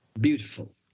beautiful